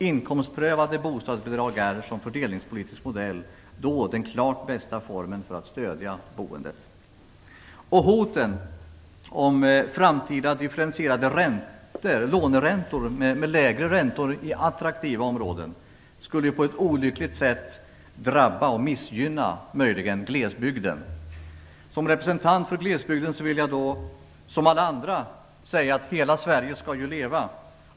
Inkomstprövade bostadsbidrag är som fördelningspolitisk modell den klart bästa formen för att stödja boendet. Hoten om framtida differentierade låneräntor med lägre räntor i attraktiva områden skulle på ett olyckligt sätt drabba och missgynna glesbygden. Som representant för glesbygden vill jag, liksom många andra, säga att hela Sverige skall leva.